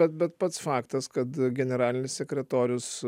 bet bet pats faktas kad generalinis sekretorius